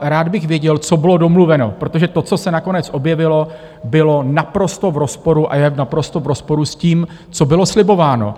Rád bych věděl, co bylo domluveno, protože to, co se nakonec objevilo, bylo naprosto v rozporu a je naprosto v rozporu s tím, co bylo slibováno.